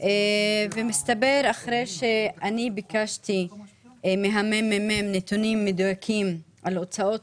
ומסתבר אחרי שאני ביקשתי מהממ"מ נתונים מדויקים על הוצאות